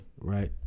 right